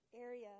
area